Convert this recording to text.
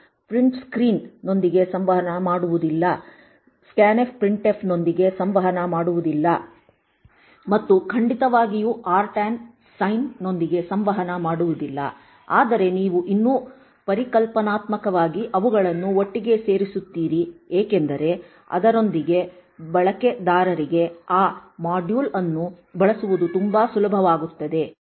print ಸ್ಕ್ರೀನ್ನೊಂದಿಗೆ ಸಂವಹನ ಮಾಡುವುದಿಲ್ಲ ಸ್ಕ್ಯಾನ್ಫ್ಎಫ್ ಪ್ರಿಂಟ್ಎಫ್ ನೊಂದಿಗೆ ಸಂವಹನ ಮಾಡುವುದಿಲ್ಲ ಮತ್ತು ಖಂಡಿತವಾಗಿಯೂ ಆರ್ಟಾನ್ ಸೈನ್ನೊಂದಿಗೆ ಸಂವಹನ ಮಾಡುವುದಿಲ್ಲ ಆದರೆ ನೀವು ಇನ್ನೂ ಪರಿಕಲ್ಪನಾತ್ಮಕವಾಗಿ ಅವುಗಳನ್ನು ಒಟ್ಟಿಗೆ ಸೇರಿಸುತ್ತೀರಿ ಏಕೆಂದರೆ ಅದರೊಂದಿಗೆ ಬಳಕೆದಾರರಿಗೆ ಆ ಮಾಡ್ಯೂಲ್ ಅನ್ನು ಬಳಸುವುದು ತುಂಬಾ ಸುಲಭವಾಗುತ್ತದೆ